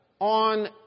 on